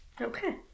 Okay